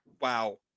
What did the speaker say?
wow